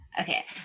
Okay